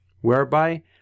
whereby